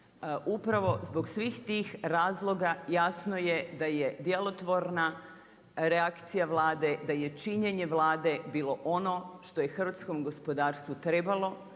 Upravo zbog svih tih razloga, jasno je djelotvorna reakcija Vlade, da je činjenje Vlade bilo ono što je hrvatskom gospodarstvu trebalo